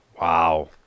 Wow